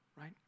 right